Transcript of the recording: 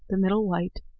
the middle white,